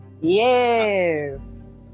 Yes